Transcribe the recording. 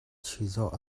chizawh